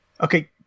Okay